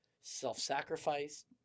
self-sacrifice